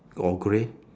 or grey